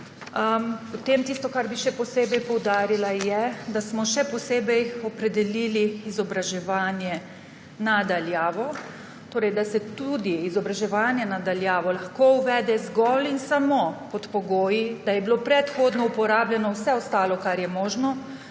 Tisto, kar bi še posebej poudarila, je, da smo še posebej opredelili izobraževanje na daljavo, torej da se tudi izobraževanje na daljavo lahko uvede zgolj in samo pod pogoji, da je bilo predhodno uporabljeno vse ostalo, kar je možno